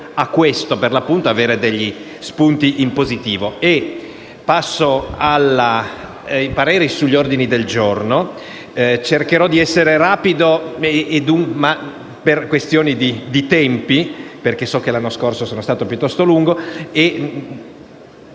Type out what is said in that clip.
grazie a tutti